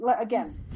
again